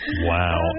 Wow